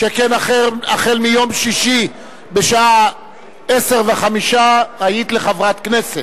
שכן החל מיום שישי בשעה 10:05 היית לחברת כנסת.